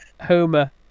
homer